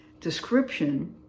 description